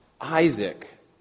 Isaac